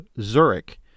Zurich